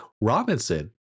Robinson